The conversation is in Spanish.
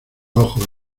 ojos